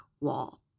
wall